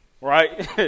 right